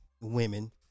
women